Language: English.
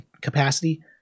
capacity